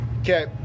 okay